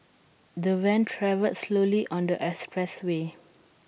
the van travelled slowly on the expressway